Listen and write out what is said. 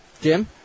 Jim